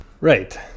Right